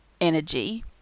energy